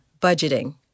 budgeting